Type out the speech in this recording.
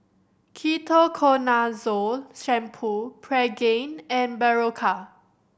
Ketoconazole Shampoo Pregain and Berocca